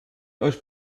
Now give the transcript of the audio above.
euch